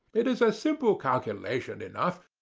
it is a simple calculation enough,